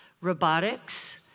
Robotics